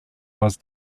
was